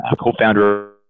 co-founder